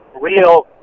real